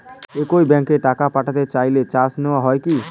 একই ব্যাংকে টাকা পাঠাতে চাইলে চার্জ নেওয়া হয় কি?